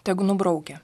tegu nubraukia